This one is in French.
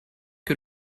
que